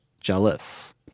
Jealous